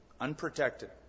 Unprotected